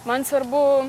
man svarbu